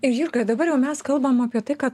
ir jurga dabar jau mes kalbam apie tai ką